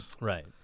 Right